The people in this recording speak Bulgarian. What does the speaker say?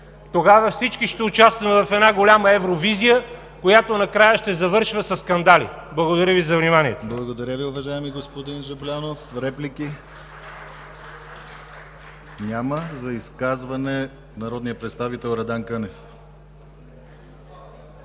Тогава всички ще участваме в една голяма Евровизия, която накрая ще завършва със скандали. Благодаря Ви за вниманието.